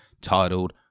titled